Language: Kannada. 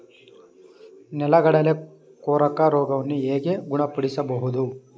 ನೆಲಗಡಲೆ ಕೊರಕ ರೋಗವನ್ನು ಹೇಗೆ ಗುಣಪಡಿಸಬಹುದು?